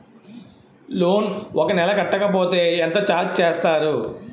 Loan ఒక నెల కట్టకపోతే ఎంత ఛార్జ్ చేస్తారు?